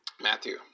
Matthew